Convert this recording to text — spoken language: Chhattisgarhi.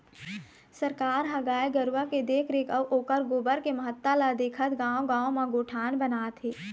सरकार ह गाय गरुवा के देखरेख अउ ओखर गोबर के महत्ता ल देखत गाँव गाँव म गोठान बनात हे